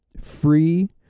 free